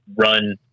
run